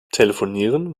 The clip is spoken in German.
telefonieren